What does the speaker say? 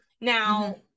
now